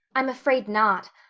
i'm afraid not.